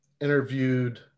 interviewed